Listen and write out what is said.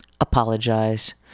Apologize